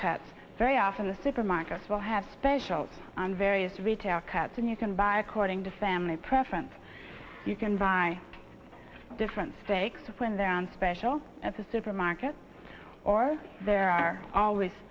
cuts very often the supermarkets will have specials on various retail cuts and you can buy according to family preference you can buy different stakes when they're on special episode the market or there are always